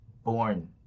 Born